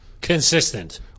consistent